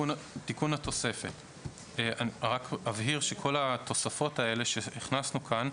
אני הבהיר שכל התוספות האלה שהכנסנו כאן,